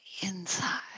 inside